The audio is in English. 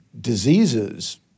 diseases